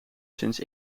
sinds